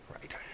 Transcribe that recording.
Right